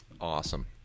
Awesome